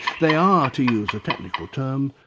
they are, to use a technical term,